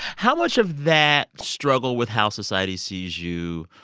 how much of that struggle, with how society sees you,